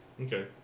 Okay